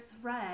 thread